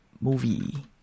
movie